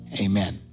Amen